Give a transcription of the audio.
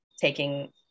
taking